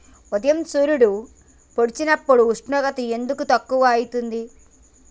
ఉదయం సూర్యుడు పొడిసినప్పుడు ఉష్ణోగ్రత ఎందుకు తక్కువ ఐతుంది?